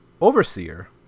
overseer